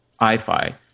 iFi